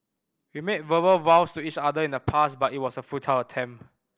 we made verbal vows to each other in the past but it was a futile attempt